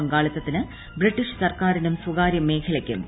പങ്കാളിത്തത്തിന് British സർക്കാരിനും സ്ഥകാര്യ മേഖലയ്ക്കും ക്ഷണം